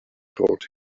taught